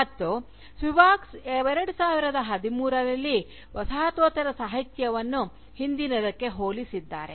ಮತ್ತು ಸ್ಪಿವಾಕ್ 2013 ರಲ್ಲಿ ವಸಾಹತೋತ್ತರ ಸಾಹಿತ್ಯವನ್ನು ಹಿಂದಿನದಕ್ಕೆ ಹೋಲಿಸಿದ್ದಾರೆ